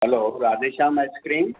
हलो Radheshyam ice cream